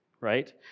right